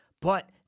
but-